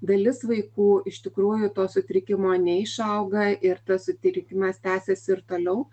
dalis vaikų iš tikrųjų to sutrikimo neišauga ir tas sutrikimas tęsiasi ir toliau